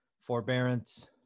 forbearance